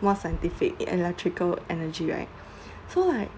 more scientific electrical energy right so like